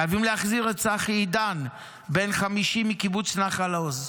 חייבים להחזיר את צחי עידן, בן 50 מקיבוץ נחל עוז,